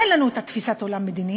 אין לנו אותה תפיסת עולם מדינית,